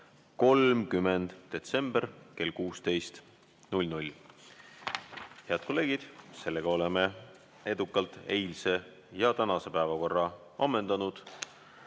30. detsembri kell 16. Head kolleegid! Oleme edukalt eilse ja tänase päevakorra ammendanud.